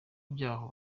by’aho